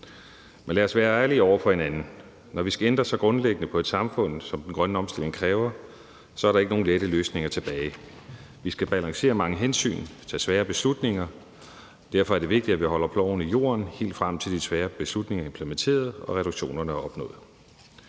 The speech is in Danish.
Men lad os være ærlige over for hinanden: Når vi skal ændre så grundlæggende på et samfund, som den grønne omstilling kræver, så er der ikke nogen lette løsninger tilbage. Vi skal balancere mange hensyn og tage svære beslutninger. Derfor er det vigtigt, at vi holder ploven i jorden, helt frem til de svære beslutninger er implementeret og reduktionerne er opnået.